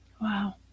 Wow